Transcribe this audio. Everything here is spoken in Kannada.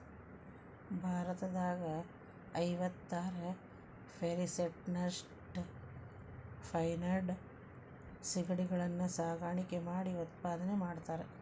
ಭಾರತದಾಗ ಐವತ್ತಾರ್ ಪೇರಿಸೆಂಟ್ನಷ್ಟ ಫೆನೈಡ್ ಸಿಗಡಿಗಳನ್ನ ಸಾಕಾಣಿಕೆ ಮಾಡಿ ಉತ್ಪಾದನೆ ಮಾಡ್ತಾರಾ